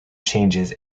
changes